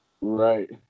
Right